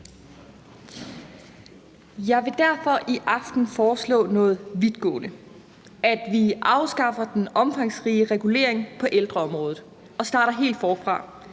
»Jeg vil derfor i aften foreslå noget vidtgående. At vi afskaffer den omfangsrige regulering og lovgivning på ældreområdet og starter helt forfra.